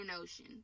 ocean